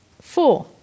Four